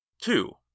Two